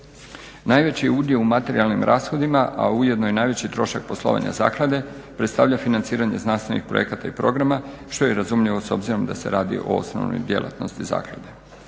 Najveći udio u materijalnim rashodima, a ujedno i najveći trošak poslovanja zaklade predstavlja financiranje znanstvenih projekata i programa što je razumljivo s obzirom da se radi o osnovnoj djelatnosti zaklade.